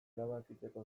erabakitzeko